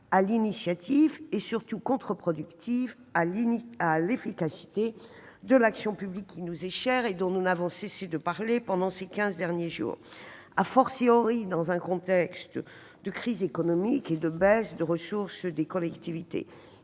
à l'initiative. Elle est surtout contreproductive à l'efficacité de l'action publique, qui nous est chère et dont nous n'avons cessé de parler pendant ces quinze derniers jours. Elle l'est dans un contexte de crise économique et de baisse des ressources des collectivités.